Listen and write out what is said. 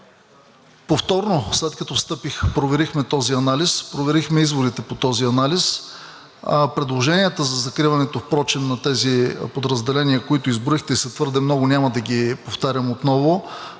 Повторно, след като встъпих, проверихме този анализ, проверихме изводите по този анализ. Предложенията за закриването впрочем на тези подразделения, които изброихте, са твърде много и няма да ги повтарям отново,